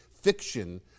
fiction